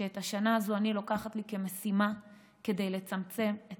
שאת השנה הזו אני לוקחת לי כמשימה לצמצם את